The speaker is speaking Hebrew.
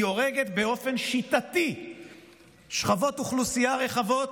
"היא הורגת באופן שיטתי שכבות אוכלוסייה רחבות,